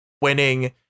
winning